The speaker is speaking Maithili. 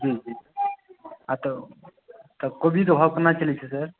जी जी आ तऽ क कोबी कऽ भाव कोना चलैत छै सर